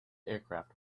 aircraft